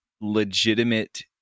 legitimate